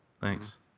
Thanks